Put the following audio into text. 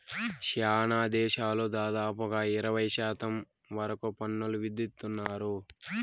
శ్యానా దేశాలు దాదాపుగా ఇరవై శాతం వరకు పన్నులు విధిత్తున్నారు